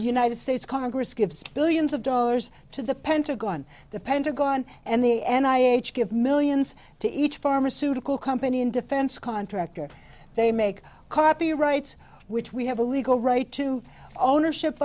united states congress gives billions of dollars to the pentagon the pentagon and the and i give millions to each pharmaceutical company and defense contractor they make copyrights which we have a legal right to ownership